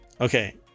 Okay